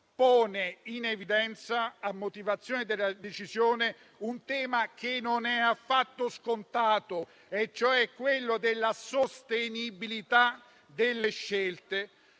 pone in evidenza, a motivazione della decisione, un tema che non è affatto scontato, e cioè quello della sostenibilità delle scelte,